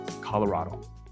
Colorado